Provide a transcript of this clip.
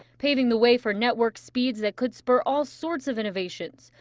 paving the way for network speeds that could spur all sorts of innovations.